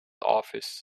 office